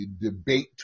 debate